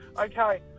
Okay